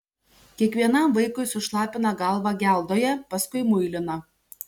kiekvienam vaikui sušlapina galvą geldoje paskui muilina